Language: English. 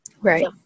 Right